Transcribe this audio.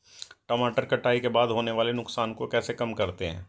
टमाटर कटाई के बाद होने वाले नुकसान को कैसे कम करते हैं?